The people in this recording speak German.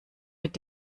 mit